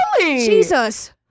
Jesus